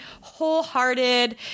wholehearted